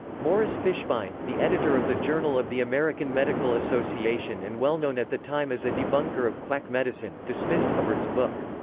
morris fishbein, the editor of the journal of the american medical association and well-known at the time as a debunker of quack medicine, dismissed hubbard's book.